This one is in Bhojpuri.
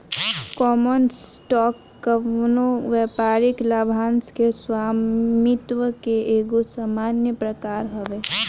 कॉमन स्टॉक कवनो व्यापारिक लाभांश के स्वामित्व के एगो सामान्य प्रकार हवे